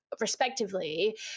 respectively